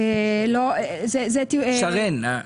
שרן,